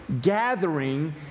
Gathering